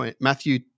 Matthew